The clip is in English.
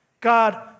God